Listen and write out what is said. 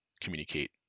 communicate